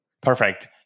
perfect